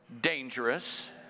dangerous